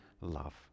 love